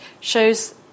shows